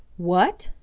what?